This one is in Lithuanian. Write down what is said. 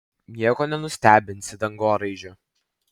nieko nenustebinsi dangoraižiu